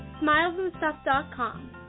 smilesandstuff.com